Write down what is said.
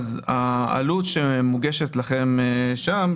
העלות שמונגשת לכם שם,